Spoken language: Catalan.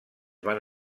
van